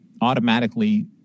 automatically